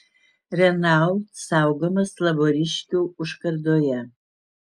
renault saugomas lavoriškių užkardoje